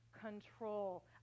control